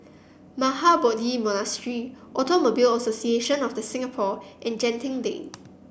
Mahabodhi Monastery Automobile Association of The Singapore and Genting Lane